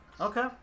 okay